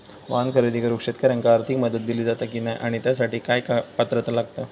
वाहन खरेदी करूक शेतकऱ्यांका आर्थिक मदत दिली जाता की नाय आणि त्यासाठी काय पात्रता लागता?